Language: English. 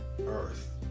earth